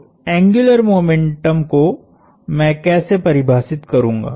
तो angular momentum को मैं कैसे परिभाषित करूँगा